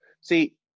see